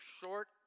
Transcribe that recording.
short